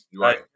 right